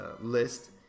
list